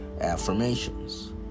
Affirmations